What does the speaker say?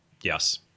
Yes